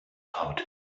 out